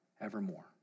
evermore